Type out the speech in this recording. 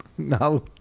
No